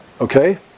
Okay